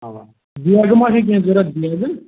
اَوا دٮ۪گہٕ ما چھَے کیٚنٛہہ ضروٗرت دٮ۪گہٕ